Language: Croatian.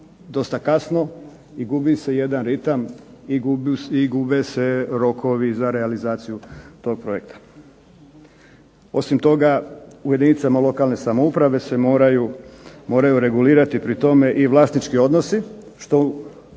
dosta kasno i gubi se jedan ritam i gube se rokovi za realizaciju toga projekta. Osim toga u jedinicama lokalne samouprave se moraju regulirati pri tome i vlasnički odnosi,